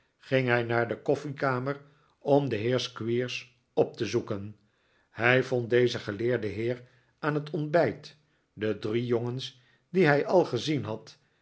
ging hij naar de koffiekamer om den heer squeers op te zoeken hij vond dezen geleerden heer aan het ontbijt de drie jongens die hij al gezien had